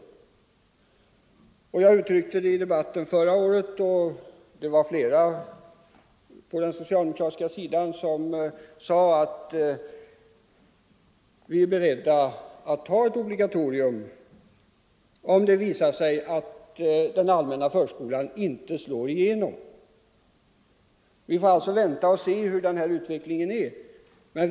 När jag gav uttryck för det i förra årets debatt sade flera talare på den socialdemokratiska sidan att vi är beredda att ta ett obligatorium, om det visar sig att den allmänna förskolan inte slår igenom. Vi får vänta och se hurudan utvecklingen blir.